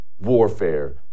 warfare